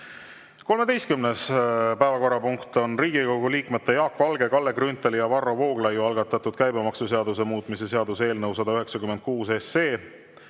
13. päevakorrapunkt on Riigikogu liikmete Jaak Valge, Kalle Grünthali ja Varro Vooglaiu algatatud käibemaksuseaduse muutmise seaduse eelnõu 196.